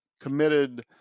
committed